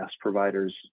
providers